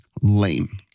lame